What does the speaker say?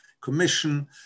Commission